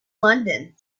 london